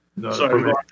Sorry